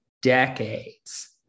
decades